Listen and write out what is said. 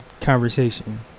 conversation